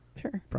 Sure